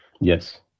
Yes